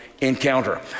encounter